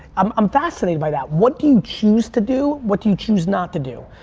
um i'm fascinated by that. what do you choose to do, what you choose not to do.